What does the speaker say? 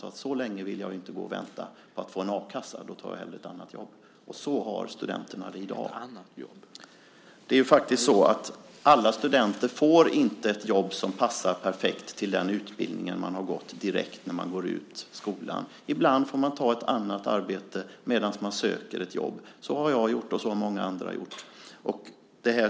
Han sade: Så länge vill jag inte gå och vänta på att få a-kassa. Då tar jag hellre ett annat jobb. Så har studenterna det i dag. : Ett "annat" jobb?) Alla studenter får faktiskt inte direkt efter att ha gått ut skolan ett jobb som passar perfekt till den utbildning de gått. Ibland får man ta ett annat arbete medan man söker jobb. Så har jag gjort, och så har många andra gjort.